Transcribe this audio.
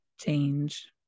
change